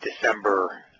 December